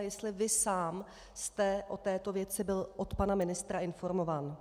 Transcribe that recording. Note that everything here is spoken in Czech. Jestli vy sám jste o této věci byl od pana ministra informován.